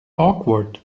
awkward